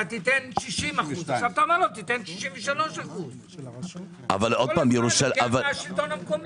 תן 60%. עכשיו אתה אומר: תיתן 63%. כל הזמן לוקח מהשלטון המקומי.